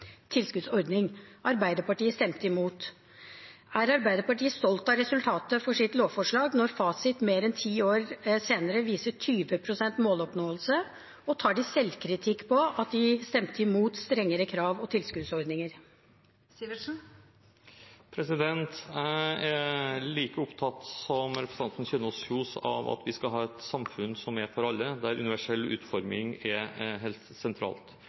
tilskuddsordning. Arbeiderpartiet stemte imot. Er Arbeiderpartiet stolt av resultatet av sitt lovforslag når fasit mer enn ti år senere viser 20 pst. måloppnåelse, og tar de selvkritikk på at de stemte imot strengere krav og tilskuddsordninger? Jeg er like opptatt som representanten Kjønaas Kjos av at vi skal ha et samfunn som er for alle, der universell utforming er helt sentralt.